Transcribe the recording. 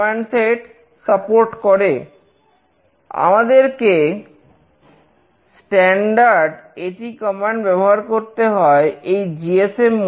এর সঙ্গে একীভূত করার জন্য তোমার কাছে বিভিন্ন ধরনের সেন্সর যোগাযোগ ব্যবস্থা ব্যবহার করতে পারি